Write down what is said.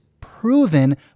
proven